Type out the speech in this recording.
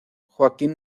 joaquín